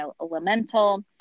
elemental